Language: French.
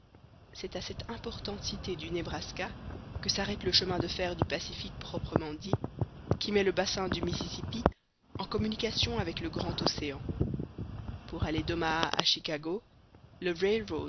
c'est à cette importante cité du nebraska que s'arrête le chemin de fer du pacifique proprement dit qui met le bassin du mississippi en communication avec le grand océan pour aller d'omaha à chicago le